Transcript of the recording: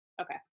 Okay